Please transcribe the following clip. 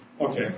Okay